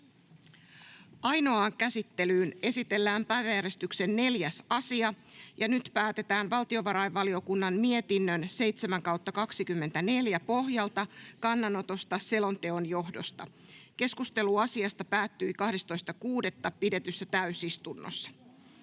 Ainoaan käsittelyyn esitellään päiväjärjestyksen 4. asia. Nyt päätetään valtiovarainvaliokunnan mietinnön VaVM 7/2024 vp pohjalta kannanotosta selonteon johdosta. Keskustelu asiasta päättyi 12.6.2024 pidetyssä täysistunnossa.